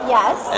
Yes